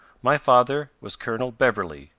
my father was colonel beverley,